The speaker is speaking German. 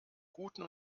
guten